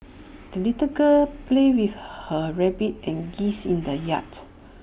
the little girl played with her rabbit and geese in the yard